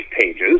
pages